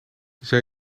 zij